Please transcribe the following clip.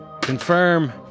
Confirm